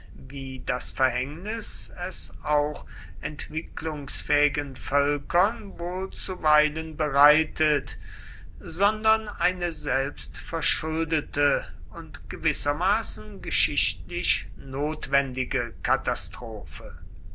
wie das verhängnis es auch entwicklungsfähigen völkern wohl zuweilen bereitet sondern eine selbstverschuldete und gewissermaßen geschichtlich notwendige katastrophe